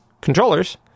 controllers